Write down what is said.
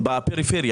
פוגע בפריפריה.